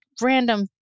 random